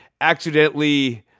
accidentally